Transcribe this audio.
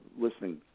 listening